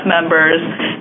members